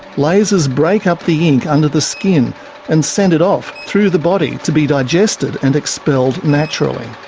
lasers break up the ink under the skin and send it off through the body to be digested and expelled naturally.